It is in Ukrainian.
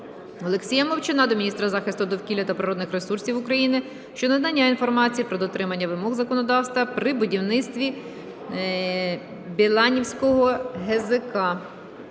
Олексія Мовчана до міністра захисту довкілля та природних ресурсів України щодо надання інформації про дотримання вимог законодавства при будівництві Біланівського ГЗК.